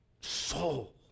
soul